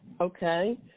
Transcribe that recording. Okay